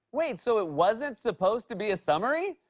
wait. so it wasn't supposed to be a summary?